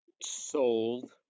sold